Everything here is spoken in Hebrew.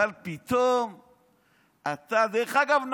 דרך אגב,